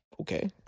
Okay